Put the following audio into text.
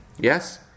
Yes